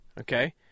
okay